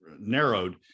narrowed